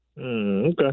Okay